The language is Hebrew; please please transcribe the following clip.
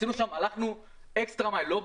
הלכנו מייל עודף.